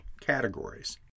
categories